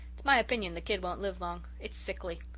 it's my opinion the kid won't live long. it's sickly.